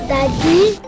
Daddy